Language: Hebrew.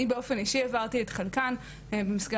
אני באופן אישי העברתי את חלקן במסגרת